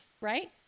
right